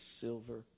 silver